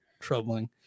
troubling